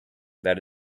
that